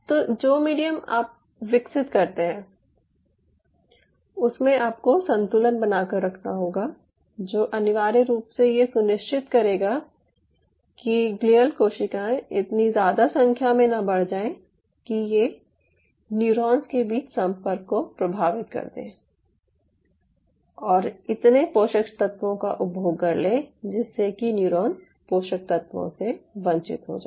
तो आप जो मीडियम विकसित करते हैं उसमें आपको संतुलन बना कर रखना होगा जो अनिवार्य रूप से ये सुनिश्चित करेगा कि ग्लियल कोशिकाएं इतनी ज़्यादा संख्या में न बढ़ जाये कि ये न्यूरॉन्स के बीच संपर्क को प्रभावित कर दे और इतने पोषक तत्वों का उपभोग कर ले जिससे कि न्यूरॉन्स पोषक तत्वों से वंचित हो जाएं